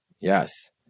Yes